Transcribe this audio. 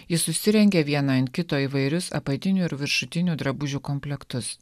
ji susirengė vieną ant kito įvairius apatinių ir viršutinių drabužių komplektus